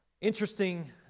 Interesting